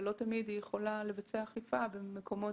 לא תמיד היא יכולה לבצע אכיפה במקומות